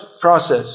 process